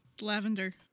Lavender